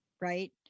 right